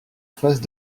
face